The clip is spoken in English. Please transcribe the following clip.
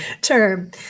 term